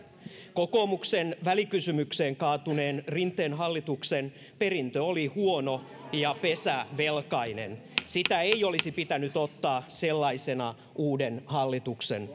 kokoomuksen välikysymykseen kaatuneen rinteen hallituksen perintö oli huono ja pesä velkainen sitä ei olisi pitänyt ottaa sellaisenaan uuden hallituksen